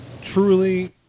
truly